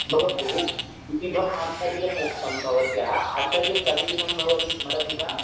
भवतु द्विविधम् आन्तर्यम् उक्तं भवत्या आन्तर्यं कति विधं भवति स्मरति वा